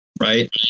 right